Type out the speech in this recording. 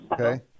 Okay